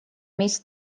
mis